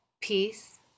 peace